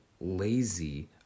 lazy